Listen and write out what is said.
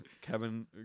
Kevin